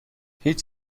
هیچ